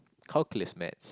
calculus Maths